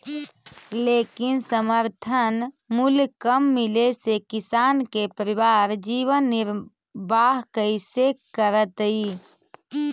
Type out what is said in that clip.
लेकिन समर्थन मूल्य कम मिले से किसान के परिवार जीवन निर्वाह कइसे करतइ?